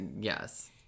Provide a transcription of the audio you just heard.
yes